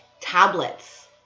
tablets